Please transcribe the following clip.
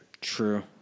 True